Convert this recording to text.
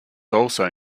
also